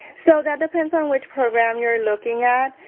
so that depends on which program you're looking at.